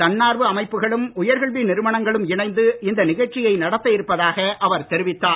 தன்னார்வ அமைப்புகளும் உயர்கல்வி நிறுவனங்களும் இணைந்து இந்த நிகழ்ச்சியை நடத்த இருப்பதாக அவர் தெரிவித்தார்